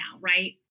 right